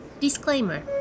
Disclaimer